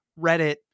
Reddit